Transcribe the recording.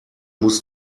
muss